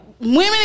Women